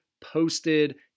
posted